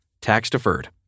tax-deferred